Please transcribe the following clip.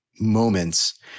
moments